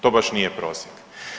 To baš nije prosjek.